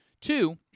Two